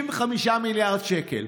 75 מיליארד שקל.